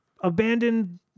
abandoned